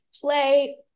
play